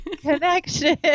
Connection